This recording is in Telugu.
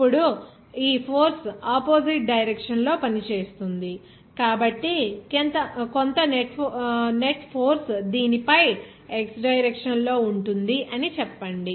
ఇప్పుడు ఈ ఫోర్స్ ఆపోజిట్ డైరెక్షన్ లో పనిచేస్తుంది కాబట్టి కొంత నెట్ ఫోర్స్ దీనిపై x డైరెక్షన్ లో ఉంటుంది అని చెప్పండి